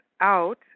out